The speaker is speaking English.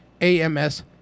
A-M-S